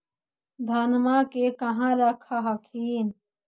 धनमा के कहा रख हखिन?